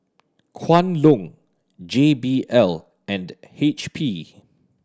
Kwan Loong J B L and H P